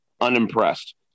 unimpressed